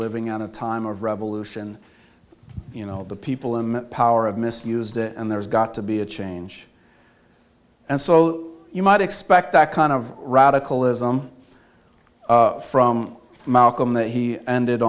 living in a time of revolution you know the people in power of misused it and there's got to be a change and so you might expect that kind of radicalism from malcolm that he ended